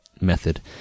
method